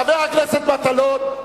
חבר הכנסת מטלון.